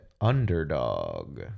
underdog